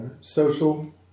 social